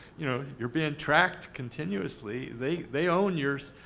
you know, you're being tracked continuously. they they own your,